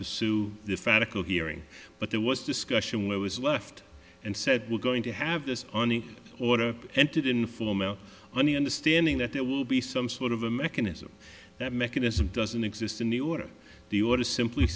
pursue the fabric of hearing but there was discussion where was left and said we're going to have this on the order entered informal on the understanding that there will be some sort of a mechanism that mechanism doesn't exist in the order the order simply